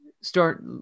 start